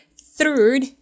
third